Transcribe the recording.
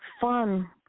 fun